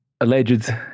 Alleged